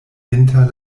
inter